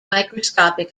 microscopic